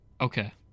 Okay